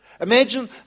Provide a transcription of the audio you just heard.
Imagine